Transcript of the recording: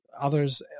others